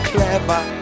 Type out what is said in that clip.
Clever